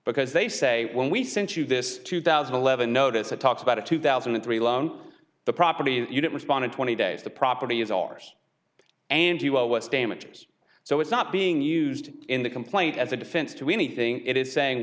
because they say when we sent you this two thousand and eleven notice it talks about a two thousand and three loan the property you didn't respond in twenty days the property is ours and you are what's damages so it's not being used in the complaint as a defense to anything it is saying